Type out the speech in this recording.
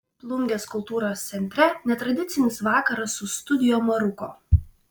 plungės kultūros centre netradicinis vakaras su studio maruko